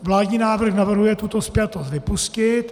Vládní návrh navrhuje tuto spjatost vypustit.